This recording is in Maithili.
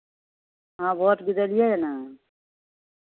हँ भोट गिरेलियैए ने